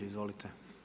Izvolite.